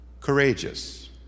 courageous